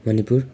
Manipur